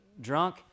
drunk